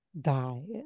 die